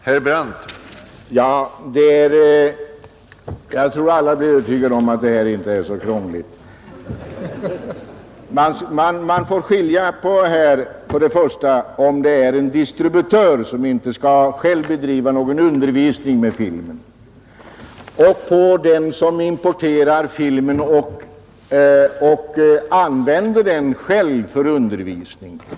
Herr talman! Jag tror att alla är övertygade om att det här inte är så krångligt! Man måste skilja på om filmen importeras av en distributör, som själv inte skall bedriva någon undervisning med filmen, eller av den som skall använda filmen för undervisning.